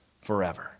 forever